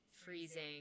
Freezing